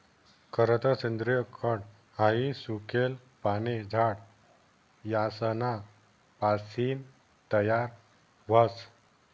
खरतर सेंद्रिय खत हाई सुकेल पाने, झाड यासना पासीन तयार व्हस